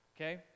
okay